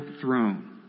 throne